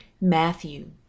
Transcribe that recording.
Matthew